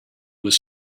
was